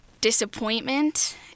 disappointment